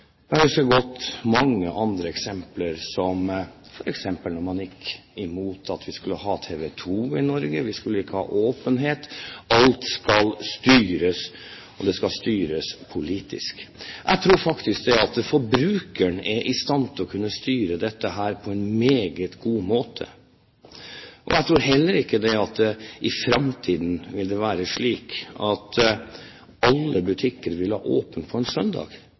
men melk og brød var forbudt. Jeg husker godt mange andre eksempler, som f.eks. da man gikk mot at man skulle ha TV 2 i Norge – vi skulle ikke ha åpenhet. Alt skal styres, og det skal styres politisk. Jeg tror faktisk at forbrukeren er i stand til å kunne styre dette på en meget god måte. Jeg tror heller ikke at det i framtiden vil være slik at alle butikker vil ha åpent på en søndag.